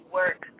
work